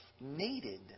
needed